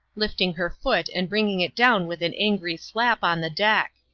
lifting her foot and bringing it down with an angry slap on the deck.